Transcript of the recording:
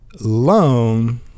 loan